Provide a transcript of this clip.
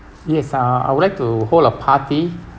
yes uh I would like to hold a party